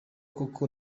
koko